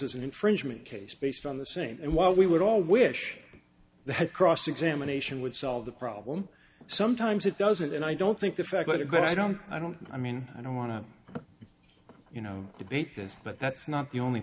is an infringement case based on the same and while we would all wish the cross examination would solve the problem sometimes it doesn't and i don't think the fact that it got i don't i don't i mean i don't want to you know debate this but that's not the only